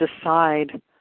decide